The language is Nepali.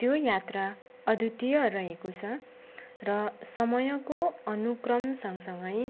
त्यो यात्रा अद्वितीय रहेको छ र समयको अनुक्रम सँगसँगै